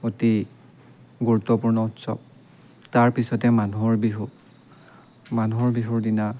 অতি গুৰুত্বপূৰ্ণ উৎসৱ তাৰ পিছতে মানুহৰ বিহু মানুহৰ বিহুৰ দিনা